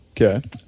Okay